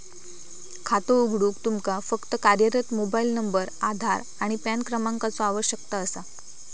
खातो उघडूक तुमका फक्त कार्यरत मोबाइल नंबर, आधार आणि पॅन क्रमांकाचो आवश्यकता असा